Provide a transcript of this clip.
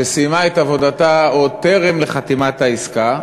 שסיימה את עבודתה עוד טרם חתימת העסקה,